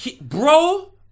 Bro